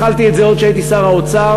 התחלתי את זה עוד כשהייתי שר האוצר,